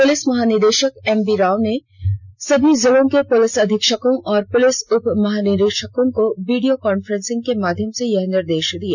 police महानिदेषक MV Rao ने सभी जिलों के पुलिस अधीक्षकों और पुलिस उपमहानिरीक्षकों को वीडियो कॉन्फ्रेंसिंग के माध्यम से यह निर्देष दिए